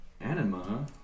anima